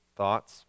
thoughts